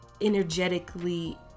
energetically